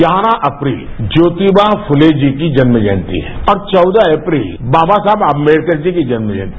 ग्यारह अप्रैल ज्योतिबा फूले जी की जन्म जयंती है और चौदह अप्रैल बाबा साहेब अम्बेडकर की जन्म जयंती है